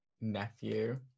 Nephew